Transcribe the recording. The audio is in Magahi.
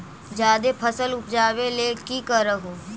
जादे फसल उपजाबे ले की कर हो?